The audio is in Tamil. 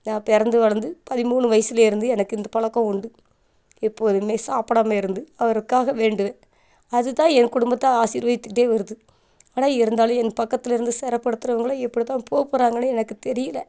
நான் பிறந்து வளர்ந்து பதிமூணு வயசிலேருந்து எனக்கு இந்த பழக்கம் உண்டு எப்போதும் சாப்பிடாம இருந்து அவருக்காக வேண்டுவேன் அது தான் என் குடும்பத்தை ஆசிர்வதித்துக்கிட்டே வருது ஆனால் இருந்தாலும் என் பக்கத்தில் இருந்து சிற படுத்துகிறவங்கள எப்படிதான் போகப் போகிறாங்கன்னே எனக்கு தெரியலை